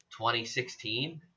2016